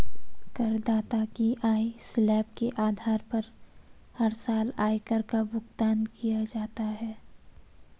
करदाता की आय स्लैब के आधार पर हर साल आयकर का भुगतान किया जाता है